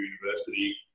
university